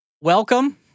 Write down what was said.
Welcome